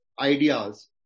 ideas